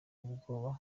ubwoba